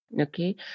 Okay